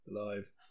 alive